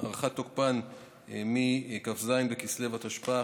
הארכת תוקפן מכ"ז בחשוון התשפ"א,